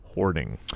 hoarding